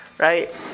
Right